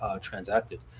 transacted